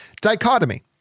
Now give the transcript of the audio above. Dichotomy